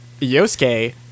Yosuke